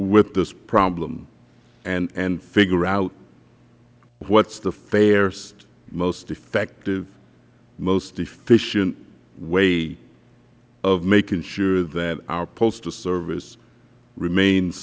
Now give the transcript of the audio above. this problem and figure out what is the fairest most effective most efficient way of making sure that our postal service remains